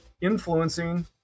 influencing